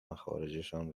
مخارجشان